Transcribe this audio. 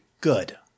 Good